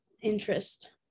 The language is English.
interest